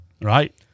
Right